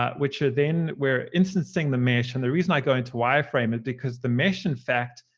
ah which are then we're instancing the mesh. and the reason i go into wireframe is because the mesh, in fact,